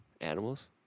animals